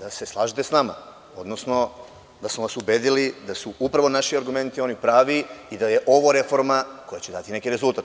da se slažete sa nama, odnosno da smo vas ubedili da su upravo naši argumenti oni pravi i da je ovo reforma koja će dati neki rezultat.